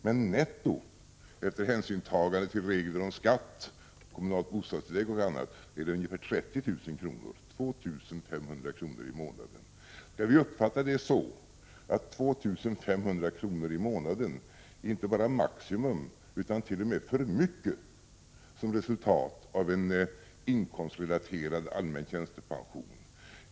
Men netto, efter hänsyn tagen till regler om skatt, kommunalt bostadstillägg och annat, blir det ungefär 30 000 kr., 2 500 kr. i månaden. Skall vi uppfatta det så att 2 500 kr. i månaden inte bara är ett maximum utan t.o.m. för mycket som resultat av en inkomstrelaterad allmän tjänstepension?